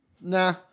Nah